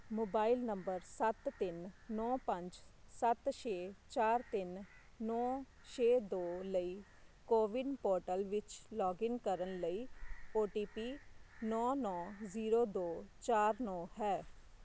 mobile number ਸੱਤ ਤਿੰਨ ਨੌਂ ਪੰਜ ਸੱਤ ਛੇ ਚਾਰ ਤਿੰਨ ਨੌਂ ਛੇ ਦੋ ਲਈ ਕੋਵਿਨ ਪੋਰਟਲ ਵਿੱਚ ਲੌਗਇਨ ਕਰਨ ਲਈ ਓ ਟੀ ਪੀ ਨੌਂ ਨੌਂ ਜ਼ੀਰੋ ਦੋ ਚਾਰ ਨੌਂ ਹੈ